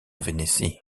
vénétie